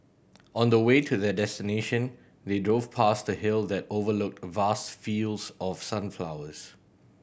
on the way to their destination they drove past a hill that overlooked vast fields of sunflowers